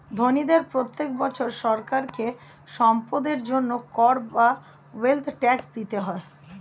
ধনীদের প্রত্যেক বছর সরকারকে সম্পদের জন্য কর বা ওয়েলথ ট্যাক্স দিতে হয়